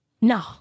No